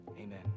amen